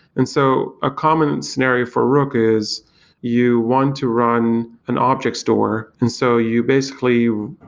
and so a common scenario for rook is you want to run an object store. and so you basically,